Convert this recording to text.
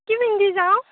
কি পিন্ধি যাওঁ